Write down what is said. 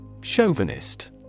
Chauvinist